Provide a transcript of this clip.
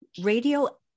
radio